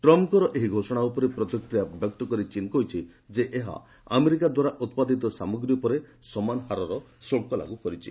ଟ୍ରମ୍ପ୍ଙ୍କର ଏହି ଘୋଷଣା ଉପରେ ପ୍ରତିକ୍ରିୟା ପ୍ରକାଶ କରି ଚୀନ୍ କହିଛି ଯେ ଏହା ଆମେରିକା ଦ୍ୱାରା ଉତ୍ପାଦି ସାମଗ୍ରୀ ଉପରେ ସମାନ ହାରର ଶୁଳ୍କ ଲାଗୁ କରିଛି